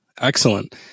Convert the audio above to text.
Excellent